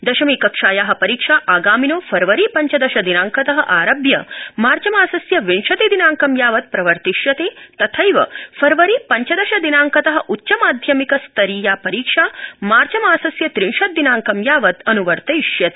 दशमी कक्षाया परीक्षा आगामिनो फरवरी पञ्चदश दिनांकत आरभ्य मार्चमासस्य विंशति दिनांकं यावत् प्रवर्तिष्यते तथैव फरवरी पञ्चदश दिनांकत उच्चमाध्यमिक स्तरीया परीक्षा मार्चमासस्य त्रिंशद्दिनांकं यावत् अन्वर्तिष्यते